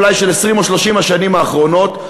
ב-20 או 30 השנים האחרונות.